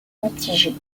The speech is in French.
mitigé